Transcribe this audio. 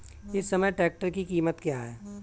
इस समय ट्रैक्टर की कीमत क्या है?